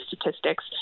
statistics